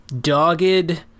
dogged